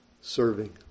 serving